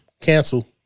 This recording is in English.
cancel